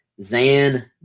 Zan